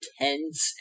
tense